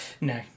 No